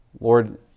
Lord